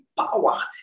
power